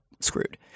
Screwed